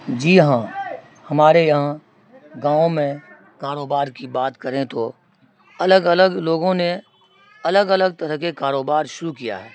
جی ہاں ہمارے یہاں گاؤں میں کاروبار کی بات کریں تو الگ الگ لوگوں نے الگ الگ طرح کے کاروبار شروع کیا ہے